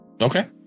okay